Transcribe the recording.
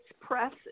Press